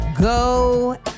go